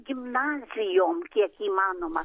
gimnazijom kiek įmanoma